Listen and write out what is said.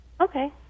Okay